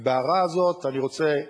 בהערה הזאת אני רוצה,